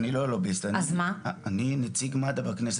אני לא לוביסט, אני נציג מד"א בכנסת.